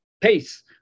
pace